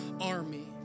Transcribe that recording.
army